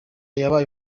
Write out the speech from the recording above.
yabaye